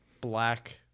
black